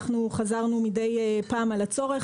אנחנו חזרנו מדי פעם על הצורך,